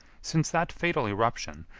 since that fatal eruption,